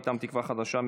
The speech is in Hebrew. מטעם תקווה חדשה,